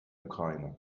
ukraine